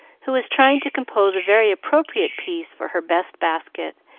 who was trying to compose a very appropriate piece for her best basket,